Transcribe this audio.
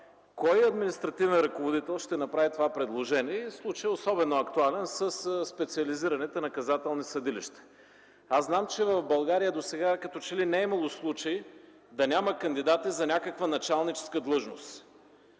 кой административен ръководител ще направи това предложение? Случаят е особено актуален със специализираните наказателни съдилища. Аз знам, че в България досега като че ли не е имало случай да няма кандидати за някаква началническа длъжност.